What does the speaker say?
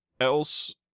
else